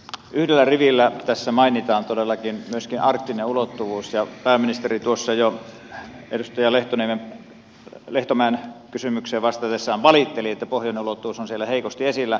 yhdellä rivillä tässä mainitaan todellakin myöskin arktinen ulottuvuus ja pääministeri tuossa jo edustaja lehtomäen kysymykseen vastatessaan valitteli että pohjoinen ulottuvuus on siellä heikosti esillä